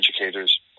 educators